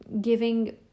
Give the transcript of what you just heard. giving